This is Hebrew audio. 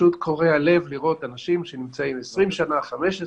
פשוט קורע לב לראות אנשים שנמצאים 20 שנה, 15 שנה,